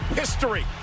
history